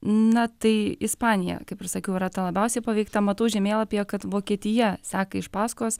na tai ispanija kaip ir sakiau yra ta labiausiai paveikta matau žemėlapyje kad vokietija seka iš paskos